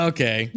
Okay